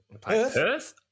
Perth